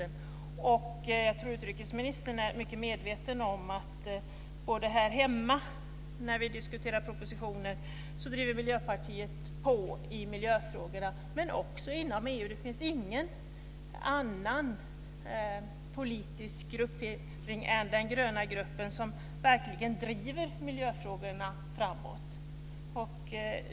Jag tror att utrikesministern är medveten om att Miljöpartiet driver på i miljöfrågorna här hemma när vi diskuterar propositioner. Vi driver också på inom EU. Det finns ingen annan politisk gruppering än den gröna gruppen som verkligen driver miljöfrågorna framåt.